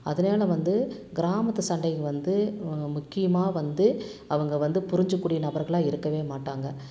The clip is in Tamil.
அதனால் வந்து கிராமத்துச் சண்டையில் வந்து முக்கியமாக வந்து அவங்க வந்து புரிஞ்சுக்கக் கூடிய நபர்களாக இருக்கவே மாட்டாங்க